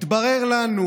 התברר לנו